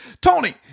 Tony